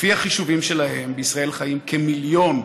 לפי החישובים שלהם, בישראל חיים כמיליון,